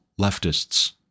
leftists